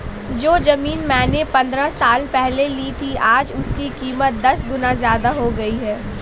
जो जमीन मैंने पंद्रह साल पहले ली थी, आज उसकी कीमत दस गुना जादा हो गई है